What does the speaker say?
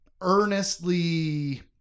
earnestly